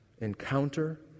encounter